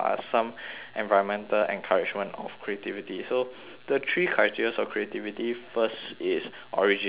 environmental encouragement of creativity so the three criterias of creativity first is originality